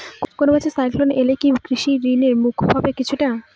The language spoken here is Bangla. কোনো বছর সাইক্লোন এলে কি কৃষি ঋণ মকুব হবে কিছুটা?